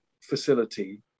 facility